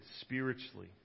spiritually